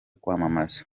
kwamamaza